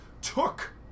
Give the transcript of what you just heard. took